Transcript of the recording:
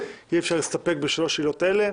אי-אפשר להסתפק בשלוש עילות אלה.